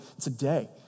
today